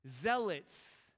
Zealots